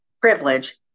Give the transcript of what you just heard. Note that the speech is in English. Privilege